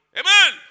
amen